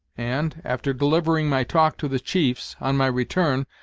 and, after delivering my talk to the chiefs, on my return,